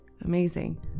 amazing